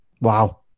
Wow